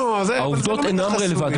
יואב, זה לא מידע חסוי.